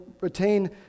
retain